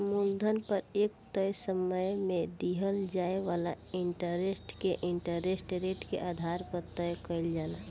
मूलधन पर एक तय समय में दिहल जाए वाला इंटरेस्ट के इंटरेस्ट रेट के आधार पर तय कईल जाला